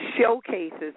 showcases